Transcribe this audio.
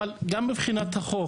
אבל גם מבחינת החוק,